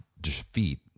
defeat